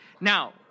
Now